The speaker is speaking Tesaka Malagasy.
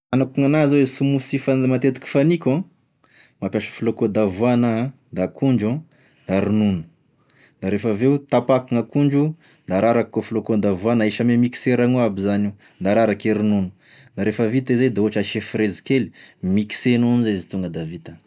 Agnako gn'agnahy zao, gny smoothie, fan- matetiky faniko an mapiasa flocon d'avoine a, da akondo, da ronono, refa aveo tapahiko gn'akondro da ararako flocon d'avoine ahisy ame mixeur agno aby zany da araraky e ronono, da refa vita zay da ohatra asia frezy kely, mixegnao amzay izy da tonga da vita.